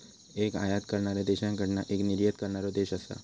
एक आयात करणाऱ्या देशाकडना एक निर्यात करणारो देश असा